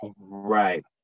Right